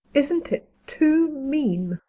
isn't it too mean!